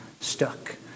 stuck